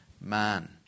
man